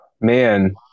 Man